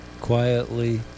quietly